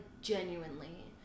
genuinely